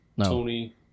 tony